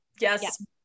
yes